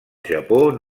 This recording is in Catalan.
japó